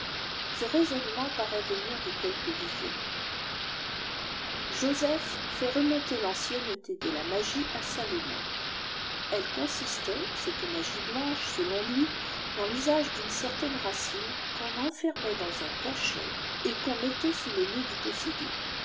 ce raisonnement paratt venir de ipielque visionnaire joseph fhit remonter taneienneté de la magie à salobian ehe constait cette ma blanche sehm li i dans l'usage d'une certaine racine qu'on enfermait dans un cachet et qu'on tiiêtfàlt soû le nez du possédé